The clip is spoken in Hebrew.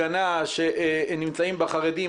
בדרך כלל אם הוא הולך להפגנה שנמצאים בה חרדים,